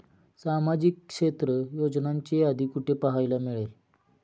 सामाजिक क्षेत्र योजनांची यादी कुठे पाहायला मिळेल?